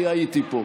כי הייתי פה.